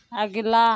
अगिला